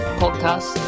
podcast